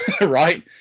right